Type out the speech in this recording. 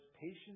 patience